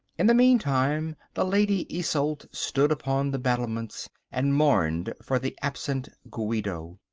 in the meantime the lady isolde stood upon the battlements and mourned for the absent guido.